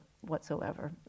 whatsoever